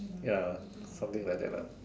ya something like that lah